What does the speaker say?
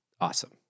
awesome